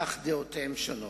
כך דעותיהם שונות.